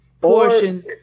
portion